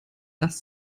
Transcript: das